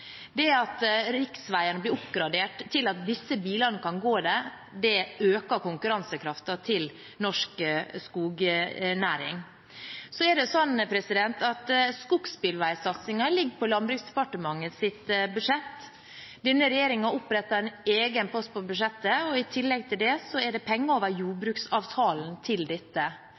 Det at riksveiene blir oppgradert til at disse bilene kan gå der, øker konkurransekraften til norsk skognæring. Det er slik at skogsbilveisatsingen ligger på Landbruksdepartementets budsjett. Denne regjeringen opprettet en egen post på budsjettet. I tillegg til det er det penger over